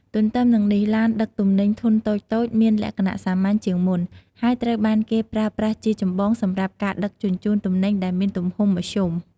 ទន្ទឹមនឹងនេះ ឡានដឹកទំនិញធុនតូចៗមានលក្ខណៈសាមញ្ញជាងមុន ហើយត្រូវបានគេប្រើប្រាស់ជាចម្បងសម្រាប់ការដឹកជញ្ជូនទំនិញដែលមានទំហំមធ្យម។